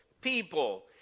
people